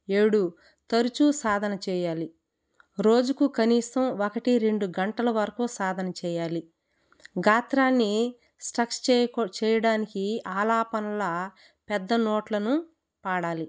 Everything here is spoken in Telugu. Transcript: ఏడు తరచూ సాధన చేయాలి రోజుకు కనీసం ఒకటి రెండు గంటల వరకు సాధన చేయాలి గాత్రాన్ని స్ట్రక్ చేయడానికి ఆలాపనల పెద్ద నోట్లను పాడాలి